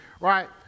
right